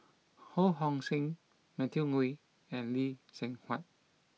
Ho Hong Sing Matthew Ngui and Lee Seng Huat